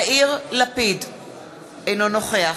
אינו נוכח